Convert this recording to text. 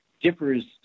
differs